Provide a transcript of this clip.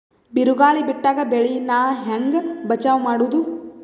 ಬಿರುಗಾಳಿ ಬಿಟ್ಟಾಗ ಬೆಳಿ ನಾ ಹೆಂಗ ಬಚಾವ್ ಮಾಡೊದು?